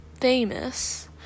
famous